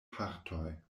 partoj